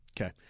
Okay